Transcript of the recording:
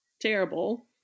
terrible